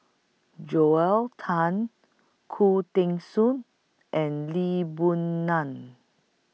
Joel Tan Khoo Teng Soon and Lee Boon Ngan